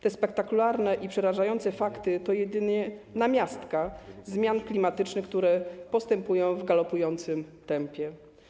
Te spektakularne i przerażające fakty to jedynie namiastka zmian klimatycznych, które postępują w galopującym tempie.